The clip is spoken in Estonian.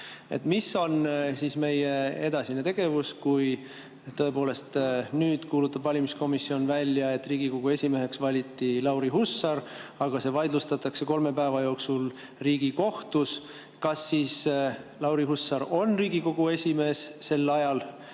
Mis on meie edasine tegevus? Kui tõepoolest nüüd kuulutab valimiskomisjon välja, et Riigikogu esimeheks valiti Lauri Hussar, aga see vaidlustatakse kolme päeva jooksul Riigikohtus, kas siis Lauri Hussar on Riigikogu esimees sel ajal